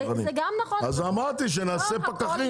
אז אמרתי שנציב פקחים.